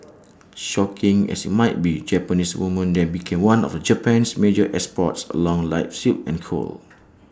shocking as IT might be Japanese woman then became one of Japan's major exports along line silk and coal